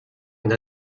une